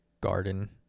garden